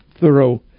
thorough